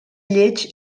lleig